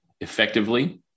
effectively